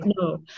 no